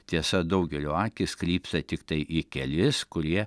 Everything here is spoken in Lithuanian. tiesa daugelio akys krypsta tiktai į kelis kurie